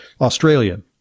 Australia